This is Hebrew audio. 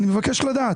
אני מבקש לדעת.